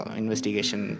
investigation